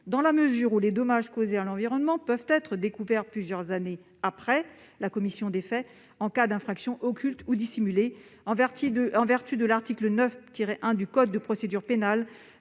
dans la mesure où les dommages causés à l'environnement peuvent être découverts plusieurs années après la commission des faits en cas d'infraction occulte ou dissimulée. En vertu de l'article 9-1 du code de procédure pénale,